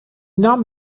nahm